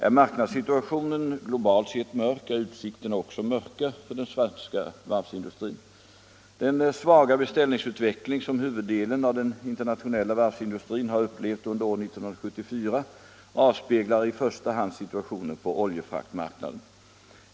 Är marknadssituationen globalt sett mörk, är utsikterna också mörka för den svenska varvsindustrin. Den svaga beställningsutvecklingen som huvuddelen av den internationella varvsindustrin har upplevt under år 1974 avspeglar i första hand situationen på oljefraktmarknaden.